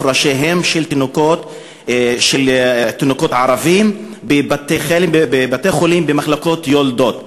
ראשיהם של תינוקות ערבים במחלקות יולדות בבתי-חולים.